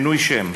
שינוי שם